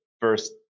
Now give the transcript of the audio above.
first